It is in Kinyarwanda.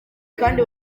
kandi